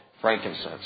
frankincense